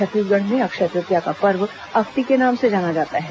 छत्तीसगढ़ में अक्षय तृतीया का पर्व अक्ति के नाम से जाना जाता है